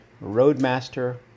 Roadmaster